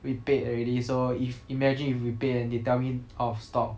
we paid already so if imagine if we paid and they tell me out of stock